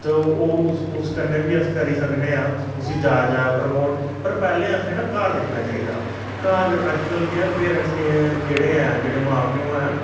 तो ओह् उस उस कन्नै बी अस करी सकने आं उसी जादा जादा प्रमोट पर पैह्लें असें ना घर दिक्खना चाहिदा घर अज्जकल केह् ऐ कि पेरैंट्स जेह्ड़े ऐ मां प्यौ हैन